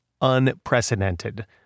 Unprecedented